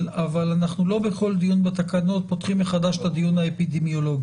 אבל אנחנו לא בכל דיון בתקנות פותחים מחדש את הדיון האפידמיולוגי.